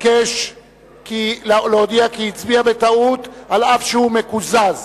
ביקש להודיע כי הצביע בטעות, אף שהוא מקוזז.